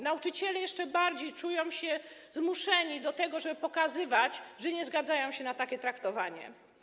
Nauczyciele jeszcze bardziej czują się zmuszeni do tego, żeby pokazywać, że nie zgadzają się na takie traktowanie.